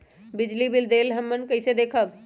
बिजली बिल देल हमन कईसे देखब?